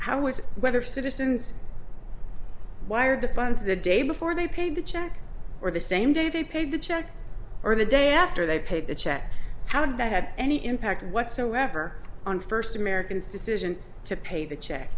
it was whether citizens wired the funds the day before they paid the check or the same day they paid the check or the day after they paid the check how did that had any impact whatsoever on first americans decision to pay the check